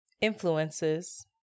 influences